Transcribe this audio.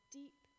deep